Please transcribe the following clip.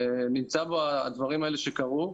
נמצאים בו הדברים האלה שקרו.